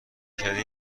کلیدی